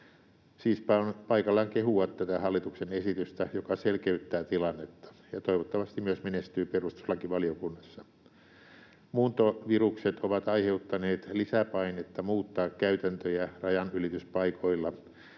Siispä on paikallaan kehua tätä hallituksen esitystä, joka selkeyttää tilannetta ja toivottavasti myös menestyy perustuslakivaliokunnassa. Muuntovirukset ovat aiheuttaneet lisäpainetta muuttaa käytäntöjä rajanylityspaikoilla,